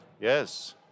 Yes